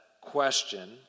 question